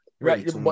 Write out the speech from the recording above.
right